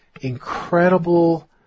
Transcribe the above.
incredible